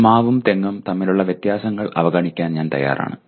ഒരു മാവും തെങ്ങും തമ്മിലുള്ള വ്യത്യാസങ്ങൾ അവഗണിക്കാൻ ഞാൻ തയ്യാറാണ്